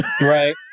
right